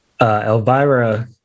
Elvira